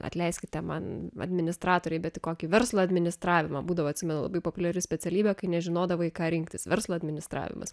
atleiskite man administratoriai bet į kokį verslo administravimą būdavo atsimenu labai populiari specialybė kai nežinodavai ką rinktis verslo administravimas